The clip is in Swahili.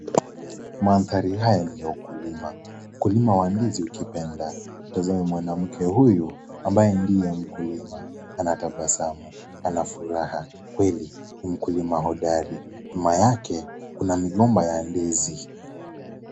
Mandhari haya ni ya ukulima, ukulima wa ndizi ukipenda, tazame mwanamke huyu ambaye ndiye mkulima, anatabasamu ana furaha kweli ni mkulia hodari, nyuma yake kuna migomba ya ndizi.